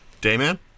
Dayman